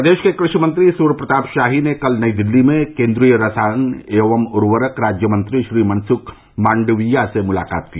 प्रदेश के कृषि मंत्री सूर्य प्रताप शाही ने कल नई दिल्ली में केन्द्रीय रसायन एवं उर्वरक राज्यमंत्री श्री मनसुख मांडविया से मुलाकात की